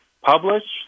publish